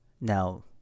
now